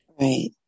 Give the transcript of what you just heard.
Right